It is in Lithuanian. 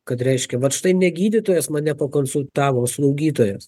kad reiškia vat štai ne gydytojas mane pakonsultavo o slaugytojas